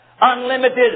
unlimited